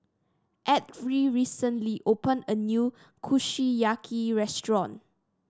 Edrie recently opened a new Kushiyaki restaurant